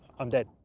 i'm dead.